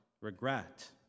regret